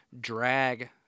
drag